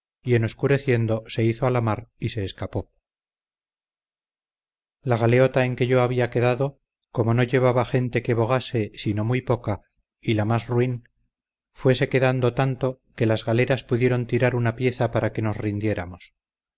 en obscureciendo se hizo a la mar y se escapó la galeota en que yo había quedado como no llevaba gente que bogase sino muy poca y la más ruin fuese quedando tanto que las galeras pudieron tirar una pieza para que nos rindiéramos